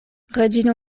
reĝino